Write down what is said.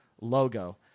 logo